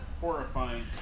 Horrifying